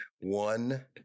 one